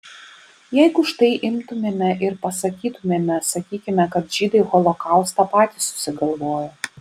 jeigu štai imtumėme ir pasakytumėme sakykime kad žydai holokaustą patys susigalvojo